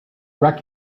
wreck